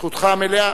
זכותך המלאה.